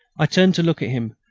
i turned to look at him,